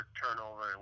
turnover